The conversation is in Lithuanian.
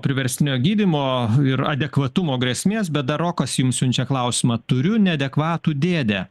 priverstinio gydymo ir adekvatumo grėsmės bet dar rokas jums siunčia klausimą turiu neadekvatų dėdę